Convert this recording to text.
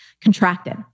Contracted